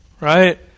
Right